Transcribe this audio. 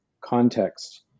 context